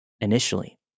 Initially